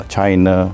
China